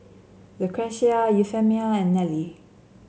Lucretia Euphemia and Nellie